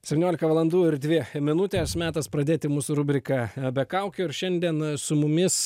septyniolika valandų ir dvi minutės metas pradėti mūsų rubriką be kaukių ir šiandien su mumis